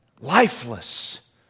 lifeless